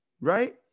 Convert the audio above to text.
Right